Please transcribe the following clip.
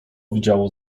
widziało